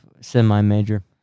Semi-major